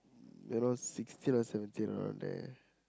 you know sixteen or seventeen around there